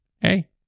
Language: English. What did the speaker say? Hey